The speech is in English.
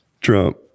Trump